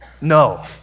No